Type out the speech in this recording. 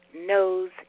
knows